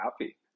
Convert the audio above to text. happy